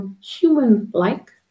human-like